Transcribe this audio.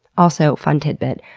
also, fun tidbit.